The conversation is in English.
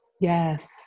Yes